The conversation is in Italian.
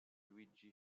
luigi